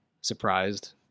surprised